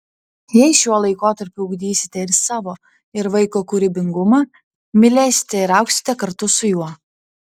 jei šiuo laikotarpiu ugdysite ir savo ir vaiko kūrybingumą mylėsite ir augsite kartu su juo